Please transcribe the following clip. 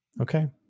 okay